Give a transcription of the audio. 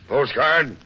Postcard